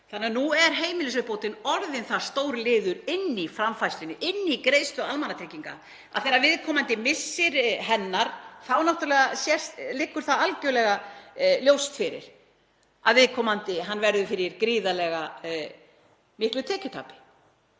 Þannig að nú er heimilisuppbótin orðin það stór liður inni í framfærslunni, inni í greiðslu almannatrygginga, að þegar viðkomandi missir hana þá náttúrlega liggur það algerlega ljóst fyrir að viðkomandi verður fyrir gríðarlega miklu tekjutapi,